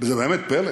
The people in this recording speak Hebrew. וזה באמת פלא,